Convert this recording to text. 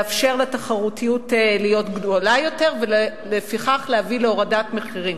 לאפשר לתחרותיות להיות גדולה יותר ולפיכך להביא להורדת מחירים.